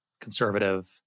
conservative